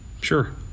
sure